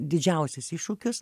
didžiausius iššūkius